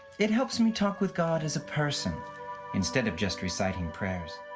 it helps me talk with god as a person instead of just reciting prayers.